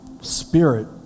Spirit